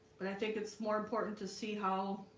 but i think it's more important to see how